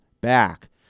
back